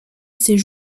ses